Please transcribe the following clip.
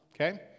okay